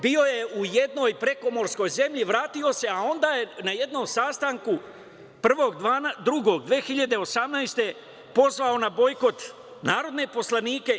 Bio je u jednoj prekomorskoj zemlji, vratio se, a onda je na jednom sastanku 2. decembra 2018. godine pozvao na bojkot narodne poslanike.